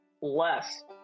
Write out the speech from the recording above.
less